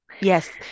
Yes